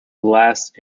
last